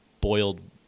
Boiled